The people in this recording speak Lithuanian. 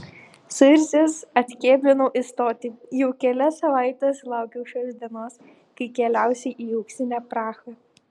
suirzęs atkėblinau į stotį jau kelias savaites laukiau šios dienos kai keliausiu į auksinę prahą